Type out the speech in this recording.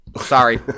sorry